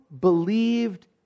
believed